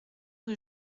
rue